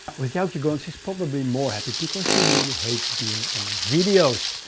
with yeah joukje gone, she's probably more happy because she really hates being on videos.